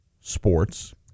sports